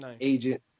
agent